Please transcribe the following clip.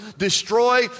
Destroy